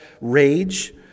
rage